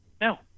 No